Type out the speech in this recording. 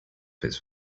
his